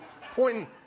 pointing